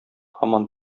һаман